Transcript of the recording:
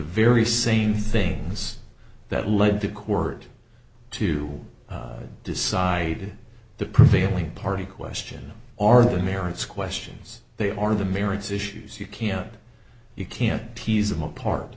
very same things that lead to a court to decide the prevailing party question are the merits questions they are the merits issues you can't you can't tease them apart